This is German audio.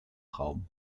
raum